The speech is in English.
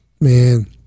Man